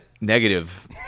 Negative